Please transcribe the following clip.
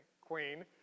queen